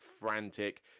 frantic